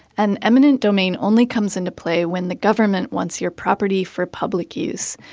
and eminent domain only comes into play when the government wants your property for public use.